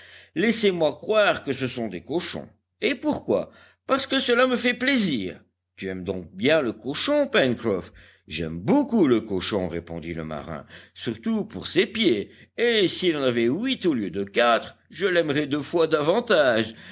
laissez-moi croire que ce sont des cochons et pourquoi parce que cela me fait plaisir tu aimes donc bien le cochon pencroff j'aime beaucoup le cochon répondit le marin surtout pour ses pieds et s'il en avait huit au lieu de quatre je l'aimerais deux fois davantage